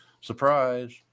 surprise